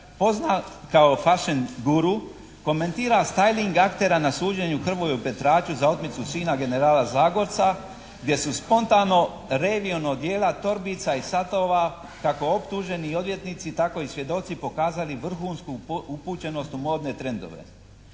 poznat kao fashion guru, komentira stayling aktera na suđenju Hrvoju Petraču za otmicu sina generala Zagorca, gdje su spontano revijom odjela i torbica i satova kako optuženi i odvjetnici tako i svjedoci pokazali vrhunsku upućenost u modne trendove.